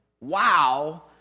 wow